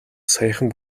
саяхан